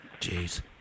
Jeez